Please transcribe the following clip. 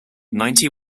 ninety